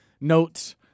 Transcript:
notes